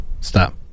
stop